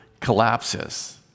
collapses